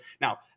Now